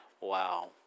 Wow